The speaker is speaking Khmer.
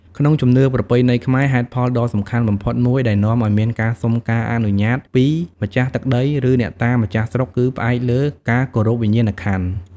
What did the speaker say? ក្នុងជំនឿប្រពៃណីខ្មែរ ហេតុផលដ៏សំខាន់បំផុតមួយដែលនាំឱ្យមានការសុំការអនុញ្ញាតពីម្ចាស់ទឹកដី ឬអ្នកតាម្ចាស់ស្រុក គឺផ្អែកលើ ការគោរពវិញ្ញាណក្ខន្ធ។